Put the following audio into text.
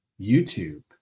YouTube